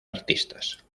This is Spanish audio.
artistas